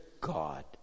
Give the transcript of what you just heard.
God